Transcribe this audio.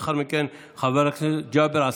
לאחר מכן, חבר הכנסת ג'אבר עסאקלה.